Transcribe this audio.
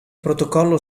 protocollo